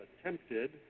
attempted